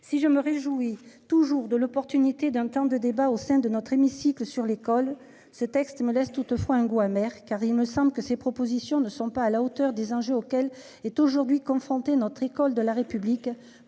si je me réjouis toujours de l'opportunité d'un temps de débat au sein de notre hémicycle sur l'école. Ce texte me laisse toutefois un goût amer car il me semble que ces propositions ne sont pas à la hauteur des enjeux auxquels est aujourd'hui confrontée notre école de la République,